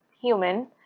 human